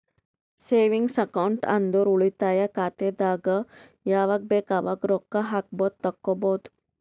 savings account ಅಂದುರ್ ಉಳಿತಾಯ ಖಾತೆದಾಗ್ ಯಾವಗ್ ಬೇಕ್ ಅವಾಗ್ ರೊಕ್ಕಾ ಹಾಕ್ಬೋದು ತೆಕ್ಕೊಬೋದು